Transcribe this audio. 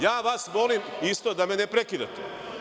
Ja vas molim isto da me ne prekidate.